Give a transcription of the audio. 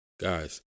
Guys